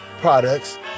products